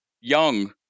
young